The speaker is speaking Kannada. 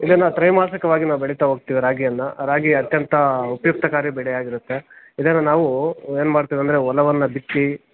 ಇದನ್ನು ತ್ರೈಮಾಸಿಕವಾಗಿ ನಾವು ಬೆಳೀತಾ ಹೋಗ್ತೀವಿ ರಾಗಿಯನ್ನು ರಾಗಿ ಅತ್ಯಂತ ಉಪಯುಕ್ತಕಾರಿ ಬೆಳೆಯಾಗಿರುತ್ತೆ ಇದನ್ನು ನಾವು ಏನು ಮಾಡ್ತೀವಂದ್ರೆ ಹೊಲವನ್ನು ಬಿತ್ತಿ